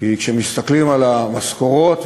כי כשמסתכלים על המשכורות,